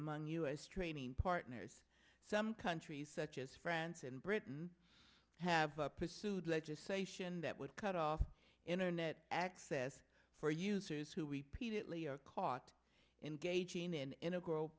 among u s training partners some countries such as france and britain have pursued legislation that would cut off internet access for users who repeatedly are caught engaging in in